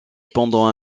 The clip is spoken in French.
pendant